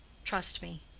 trust me.